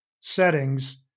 settings